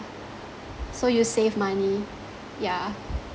so you save money yeah